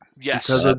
Yes